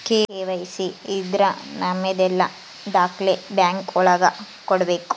KYC ಇದ್ರ ನಮದೆಲ್ಲ ದಾಖ್ಲೆ ಬ್ಯಾಂಕ್ ಒಳಗ ಕೊಡ್ಬೇಕು